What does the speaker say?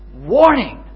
warning